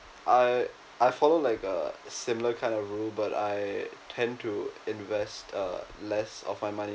I I follow like a similar kind of rule but I tend to invest err less of my money